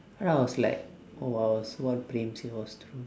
and I was like oh !wow! so what praem say was true